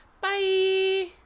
Bye